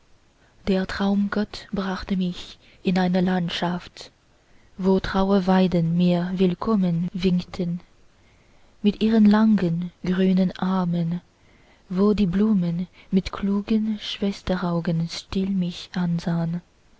der traumgott brachte mich in eine landschaft wo trauerweiden mir willkommen winkten mit ihren langen grünen armen wo die blumen mit klugen schwesteraugen still mich ansahn